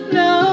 no